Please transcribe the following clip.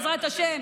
בעזרת השם,